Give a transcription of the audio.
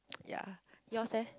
yeah yours eh